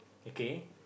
okay